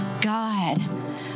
God